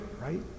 right